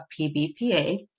PBPA